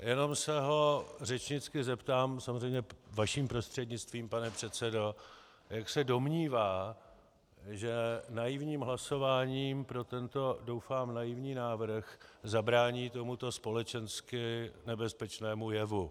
Jenom se ho řečnicky zeptám, samozřejmě vaším prostřednictvím, pane předsedo, jak se domnívá, že naivním hlasováním pro tento doufám naivní návrh zabrání tomuto společensky nebezpečnému jevu.